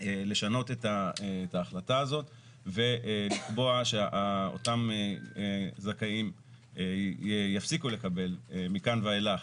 לשנות את ההחלטה הזאת ולקבוע שאותם זכאים יפסיקו לקבל מכאן ואילך